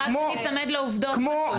שייצמד לעובדות.